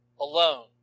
alone